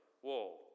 whoa